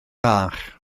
bach